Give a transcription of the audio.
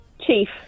Chief